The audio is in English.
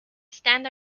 stand